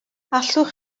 allwch